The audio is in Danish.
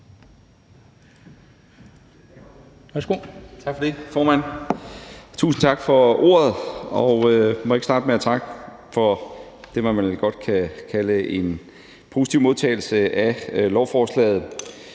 Tak for det, formand. Tusind tak for ordet, og må jeg ikke starte med at takke for det, som man vel godt kan kalde en positiv modtagelse af lovforslaget?